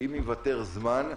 אם ייוותר זמן,